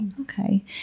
Okay